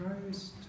Christ